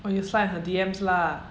oh you slide in her D_Ms lah